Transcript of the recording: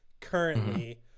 currently